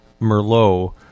Merlot